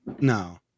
No